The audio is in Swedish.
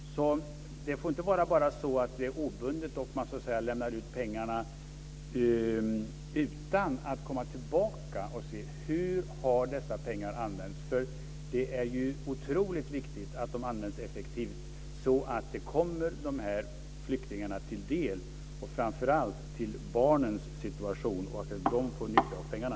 Det får inte bara vara så att biståndet är obundet och man lämnar ut pengarna utan att komma tillbaka och se hur dessa pengar har använts. Det är otroligt viktigt att de används effektivt så att de kommer de här flyktingarna till del. Det är framför allt viktigt att de används för att förbättra barnens situation så att de får nytta av pengarna.